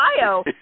bio